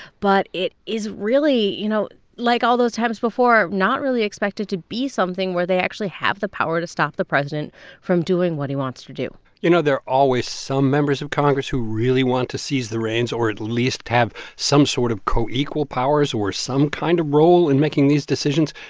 but it is, really, you know, like all those times before, not really expected to be something where they actually have the power to stop the president from doing what he wants to do you know, there are always some members of congress who really want to seize the reins or at least have some sort of co-equal powers or some kind of role in making these decisions.